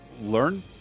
Learn